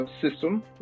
system